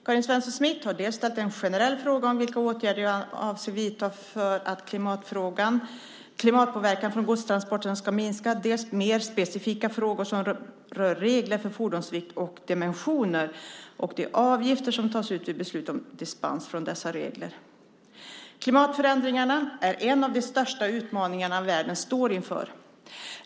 Karin Svensson Smith har dels ställt en generell fråga om vilka åtgärder jag avser att vidta för att klimatpåverkan från godstransporterna ska minska, dels mer specifika frågor som rör regler för fordons vikt och dimensioner och de avgifter som tas ut vid beslut om dispens från dessa regler. Klimatförändringarna är en av de största utmaningarna världen står inför.